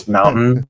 Mountain